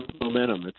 momentum